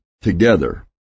together